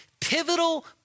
pivotal